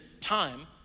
time